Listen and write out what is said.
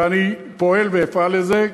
ואני פועל ואפעל לשם זה,